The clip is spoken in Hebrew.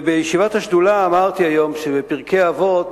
בישיבת השדולה אמרתי היום שבפרקי אבות